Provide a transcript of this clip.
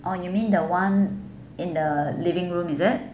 oh you mean the [one] in the living room is it